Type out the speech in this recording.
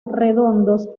redondos